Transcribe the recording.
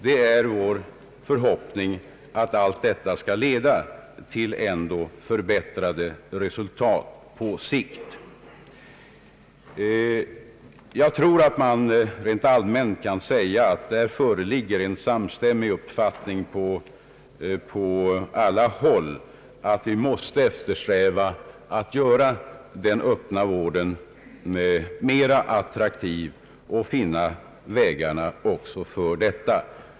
Det är vår förhoppning att detta skall leda till förbättrade förhållanden. Rent allmänt tror jag man kan säga, att det föreligger en samstämmig uppfattning från alla håll att vi måste eftersträva att göra den öppna vården mera attraktiv och finna lösningar även för detta.